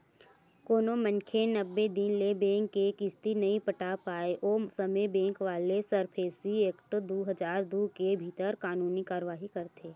कोनो मनखे नब्बे दिन ले बेंक के किस्ती नइ पटा पाय ओ समे बेंक वाले सरफेसी एक्ट दू हजार दू के भीतर कानूनी कारवाही करथे